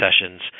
sessions